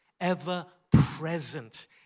ever-present